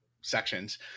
sections